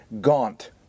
gaunt